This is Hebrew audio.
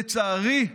לצערי,